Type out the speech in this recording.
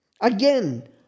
Again